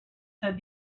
said